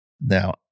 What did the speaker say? now